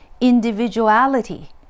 individuality